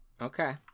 Okay